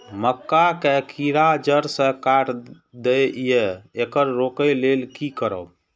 मक्का के कीरा जड़ से काट देय ईय येकर रोके लेल की करब?